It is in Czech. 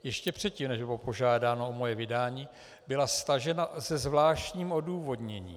Ještě předtím, než bylo požádáno o moje vydání, byla stažena se zvláštním odůvodněním.